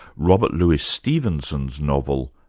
robert louis stevenson's novel,